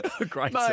Great